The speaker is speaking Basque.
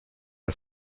eta